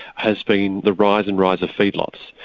has been the rise and rise of feedlots.